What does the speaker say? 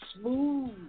smooth